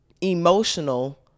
emotional